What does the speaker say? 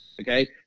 Okay